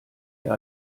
der